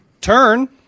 turn